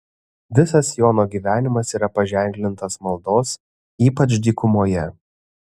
visas jono gyvenimas yra paženklintas maldos ypač dykumoje